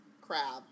Crab